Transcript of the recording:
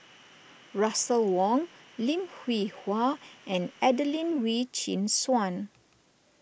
Russel Wong Lim Hwee Hua and Adelene Wee Chin Suan